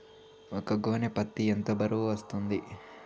ఒక గోనె పత్తి ఎంత బరువు వస్తుంది?